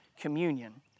communion